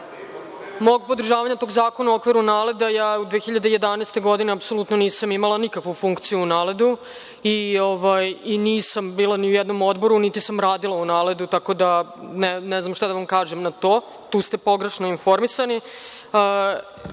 mog podržavanja tog zakona u okviru NALED, ja 2011. godine apsolutno nisam imala nikakvu funkciju u NALED i nisam bila ni u jednom odboru, niti sam radila u NALED, tako da ne znam šta da vam kažem na to. Tu ste pogrešno informisani. Što